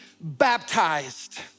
baptized